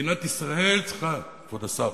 כבוד השר,